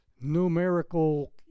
numerical